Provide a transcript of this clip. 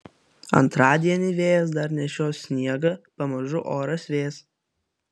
antradienį vėjas dar nešios sniegą pamažu oras vės